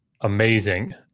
amazing